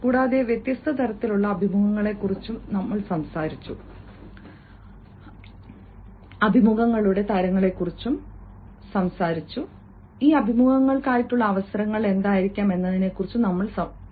കൂടാതെ വ്യത്യസ്ത തരത്തിലുള്ള അഭിമുഖങ്ങളെക്കുറിച്ചും നമ്മൾ സംസാരിച്ചു കൂടാതെ അഭിമുഖങ്ങളുടെ തരങ്ങളെക്കുറിച്ചും സംസാരിക്കുമ്പോൾ ഈ അഭിമുഖങ്ങൾക്കുള്ള അവസരങ്ങൾ എന്തായിരിക്കാം എന്നതിനെക്കുറിച്ചും സംസാരിച്ചു